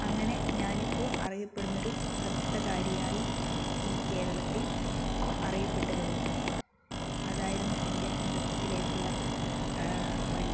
അങ്ങനെ ഞാൻ ഇപ്പോൾ അറിയപ്പെടുന്ന ഒരു നൃത്തകാരിയായി ഈ കേരളത്തിൽ അറിയപ്പെട്ട് തുടങ്ങി അതായിരുന്നു എൻ്റെ നൃത്തത്തിലേക്കുള്ള വഴി